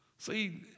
See